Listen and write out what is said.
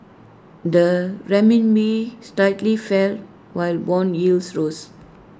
the Renminbi slightly fell while Bond yields rose